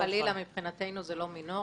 מבחינתנו זה לא מינורי.